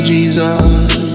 Jesus